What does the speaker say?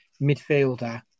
midfielder